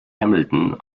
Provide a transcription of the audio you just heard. hamilton